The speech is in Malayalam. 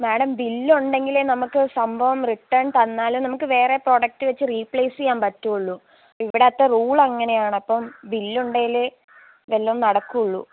മേഡം ബില്ലൊണ്ടെങ്കിലേ നമുക്ക് സംഭവം റിട്ടേൺ തന്നാലേ നമുക്ക് വേറെ പ്രോഡക്റ്റ് വെച്ച് റീപ്ലെയ്സ് ചെയ്യാൻ പറ്റുവൊള്ളൂ ഇവിടത്തെ റൂൾ അങ്ങനെയാണ് അപ്പം ബില്ലൊണ്ടേലെ വല്ലതും നടക്കുവൊള്ളു